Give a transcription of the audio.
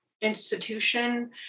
institution